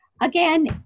again